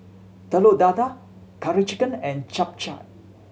Telur Dadah Curry Chicken and Chap Chai